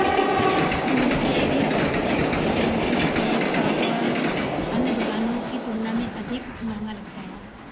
मुझे cherish X banting cake topper अन्य दुकानों की तुलना में अधिक महँगा लगता है